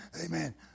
Amen